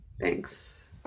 thanks